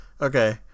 Okay